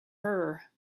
her